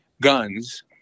guns